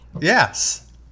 Yes